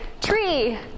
tree